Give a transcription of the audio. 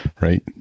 Right